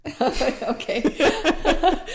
Okay